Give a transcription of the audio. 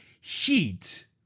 heat